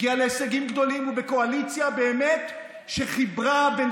הגיעה להישגים גדולים ובקואליציה באמת שחיברה בין